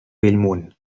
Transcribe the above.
bellmunt